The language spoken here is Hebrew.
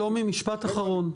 שלומי, משפט אחרון.